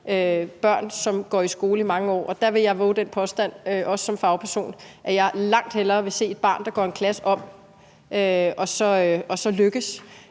børn, som går i skole mange år. Og der vil jeg vove den påstand, også som fagperson, at jeg langt hellere vil se et barn, der går en klasse om og så lykkes,